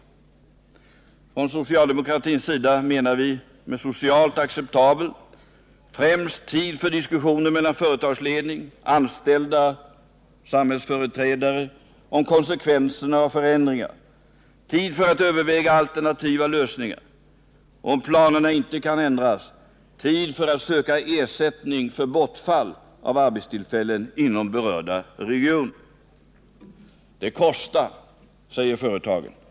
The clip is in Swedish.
Nr 60 Från socialdemokratins sida menar vi med begreppet socialt acceptabelt Tisdagen den främst tid för diskussioner mellan företagsledning, anställda och samhälls 19 december 1978 företrädare om konsekvenserna av förändringar, tid för att överväga alternativa lösningar och, om planerna inte kan ändras, tid för att söka ersättning för bortfall av arbetstillfällen inom berörda regioner. Det kostar, säger företagen.